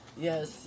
Yes